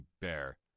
bear